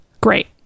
great